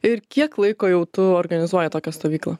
ir kiek laiko jau tu organizuoji tokią stovyklą